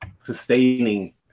sustaining